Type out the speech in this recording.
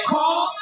Call